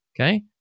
Okay